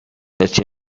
such